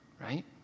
right